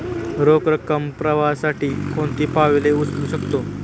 रोख रकम प्रवाहासाठी कोणती पावले उचलू शकतो?